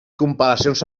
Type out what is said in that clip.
comparacions